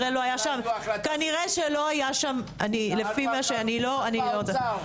כנראה שלא היה שם- - שאלנו על חלופות באוצר.